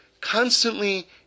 constantly